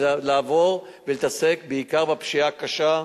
אלא לעבור ולהתעסק בעיקר בפשיעה הקשה,